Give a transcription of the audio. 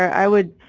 i would.